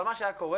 מה שהיה קורה